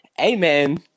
Amen